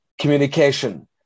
communication